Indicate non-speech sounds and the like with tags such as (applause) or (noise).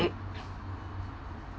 (coughs)